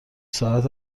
ساعت